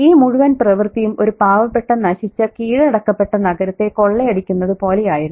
ഈ മുഴുവൻ പ്രവൃത്തിയും ഒരു പാവപ്പെട്ട നശിച്ച കീഴടക്കപ്പെട്ട നഗരത്തെ കൊള്ളയടിക്കുന്നതു പോലെയായിരുന്നു